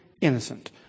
innocent